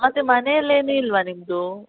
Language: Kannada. ಮತ್ತೆ ಮನೆಯಲ್ಲಿ ಏನು ಇಲ್ವಾ ನಿಮ್ಮದು